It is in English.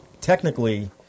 technically